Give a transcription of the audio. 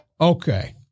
Okay